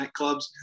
nightclubs